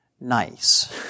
nice